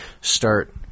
start